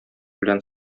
белән